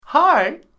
Hi